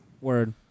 Word